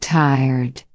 tired